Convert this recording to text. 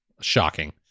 Shocking